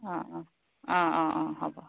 অ অ অ হ'ব